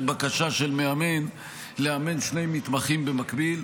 בקשה של מאמן לאמן שני מתמחים במקביל.